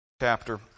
chapter